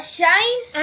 Shine